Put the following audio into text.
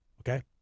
okay